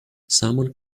someone